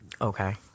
Okay